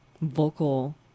vocal